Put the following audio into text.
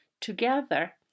Together